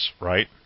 right